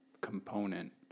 component